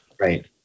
Right